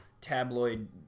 tabloid